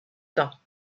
temps